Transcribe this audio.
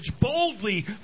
boldly